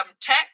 tech